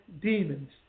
demons